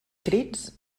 crits